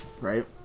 right